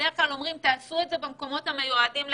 בדרך כלל אומרים: תעשו את זה במקומות המיועדים לכך.